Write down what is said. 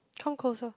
come closer